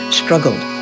struggled